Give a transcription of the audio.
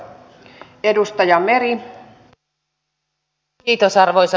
arvoisa puhemies